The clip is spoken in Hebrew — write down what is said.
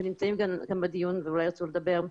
ונמצאים גם בדיון ואולי ירצו לדבר.